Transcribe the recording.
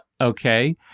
Okay